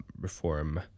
reform